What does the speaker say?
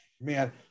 man